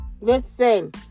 Listen